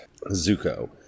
Zuko